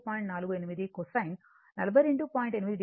48 cosine